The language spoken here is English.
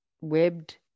webbed